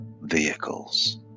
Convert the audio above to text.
vehicles